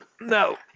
No